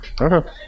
Okay